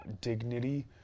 dignity